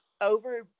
over